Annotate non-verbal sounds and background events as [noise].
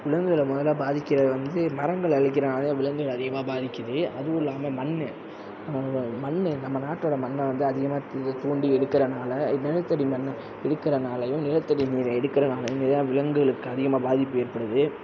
விலங்குகளை முதல்ல பாதிக்கிறது வந்து மரங்களை அழிக்கிறனால் தான் விலங்குகள் அதிகமாக பாதிக்கிறது அதுவும் இல்லாமல் மண் [unintelligible] மண் நம்ம நாட்டோட மண்ணை வந்து அதிகமாக கீழே தோண்டி எடுக்கிறனால நிலத்தடி மண்ணை எடுக்கிறனாலையும் நிலத்தடி நீரை எடுக்கிறனாலையுமே தான் விலங்குகளுக்கு அதிகமாக பாதிப்பு ஏற்படுது